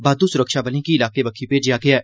बाद्दू सुरक्षाबलें गी इलाके बक्खी भेजेआ गेआ ऐ